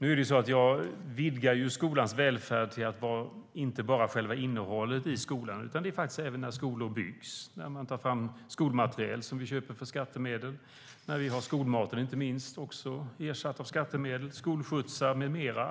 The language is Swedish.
Nu är det så att jag vidgar skolans välfärd till att inte bara vara själva innehållet i skolan. Det handlar faktiskt även om när skolor byggs, när man tar fram skolmateriel som vi köper för skattemedel och när vi har skolmaten, inte minst, ersatt av skattemedel. Det handlar om skolskjutsar med mera.